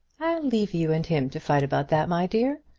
i'll leave you and him to fight about that, my dear.